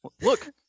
Look